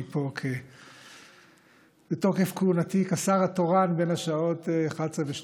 אני פה בתוקף כהונתי כשר התורן בין השעות 11:00 ו-14:00,